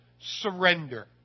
surrender